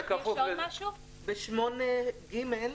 בסעיף (8)(ג):